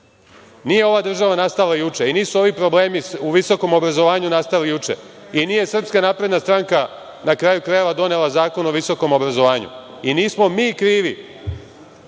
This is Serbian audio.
Nije država nastala juče i nisu ovi problemi u visokom obrazovanju nastali juče i nije SNS na kraju krajeva donela Zakon o visokom obrazovanju i nismo mi krivi